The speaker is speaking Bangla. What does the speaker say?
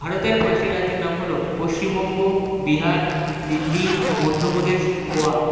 ভারতের পাঁচটি রাজ্যের নাম হলো পশ্চিমবঙ্গ বিহার দিল্লি মধ্যপ্রদেশ গোয়া